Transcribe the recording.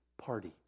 party